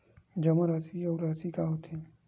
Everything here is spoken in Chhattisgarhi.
जमा राशि अउ राशि का होथे?